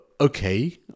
okay